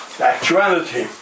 actuality